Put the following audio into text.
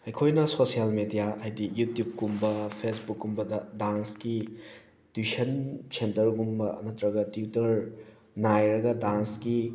ꯑꯩꯈꯣꯏꯅ social media ꯍꯥꯏꯗꯤ ꯌꯨꯇ꯭ꯌꯨꯕꯀꯨꯝꯕ ꯐꯦꯁꯕꯨꯛꯀꯨꯝꯕꯗ ꯗꯥꯟꯁꯀꯤ ꯇꯨꯏꯁꯟ ꯁꯦꯟꯇꯔꯒꯨꯝꯕ ꯅꯠꯇ꯭ꯔꯒ ꯇ꯭ꯌꯨꯇꯔ ꯅꯥꯏꯔꯒ ꯗꯥꯟꯁꯀꯤ